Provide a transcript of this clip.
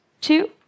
Two